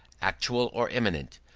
actual or imminent,